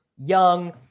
young